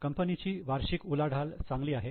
कंपनीची वार्षिक उलाढाल चांगली आहे